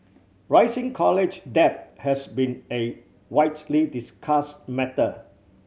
rising college debt has been a widely discussed matter